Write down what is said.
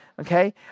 Okay